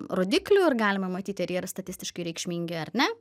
rodiklių ir galima matyti ar jie yra statistiškai reikšmingi ar ne